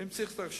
ואם צריך לחשוש,